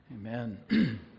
Amen